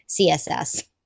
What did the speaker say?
CSS